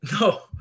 No